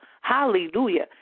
Hallelujah